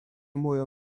muru